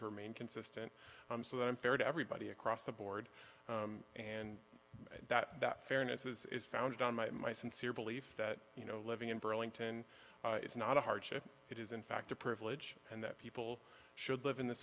to remain consistent so that i'm fair to everybody across the board and that fairness is founded on my in my sincere belief that you know living in burlington is not a hardship it is in fact a privilege and that people should live in the